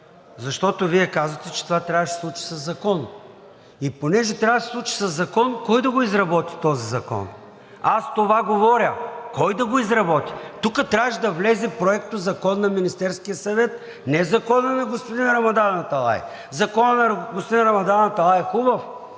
защото Вие казвате, че това трябваше да се случи със закон. И понеже трябва да се случи със закон, кой да го изработи този закон? Аз това говоря – кой да го изработи? Тук трябваше да влезе проектозакон на Министерския съвет, не Законът на господин Рамадан Аталай. Законът на господин Рамадан Аталай е хубав,